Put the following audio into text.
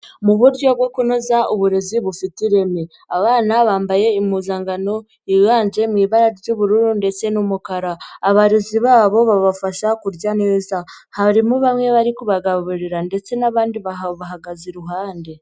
Mu buryo bwo kunoza uburezi bufite ireme, abana bambaye impuzankano yiganje mu ibara ry'ubururu ndetse n'umukara, abarezi babo babafasha kurya neza, harimo bamwe bari kubagaburira ndetse n'abandi babahagaze iruhande.